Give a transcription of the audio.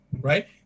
right